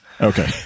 Okay